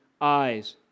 eyes